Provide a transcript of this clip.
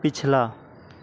ਪਿਛਲਾ